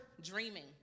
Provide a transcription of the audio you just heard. dreaming